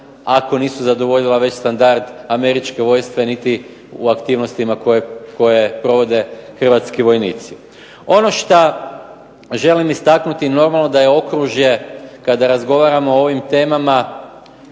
ako nisu zadovoljila već standard američke vojske niti u aktivnostima koje provode hrvatski vojnici. Ono šta želim istaknuti normalno da je okružje kada razgovaramo o ovim temama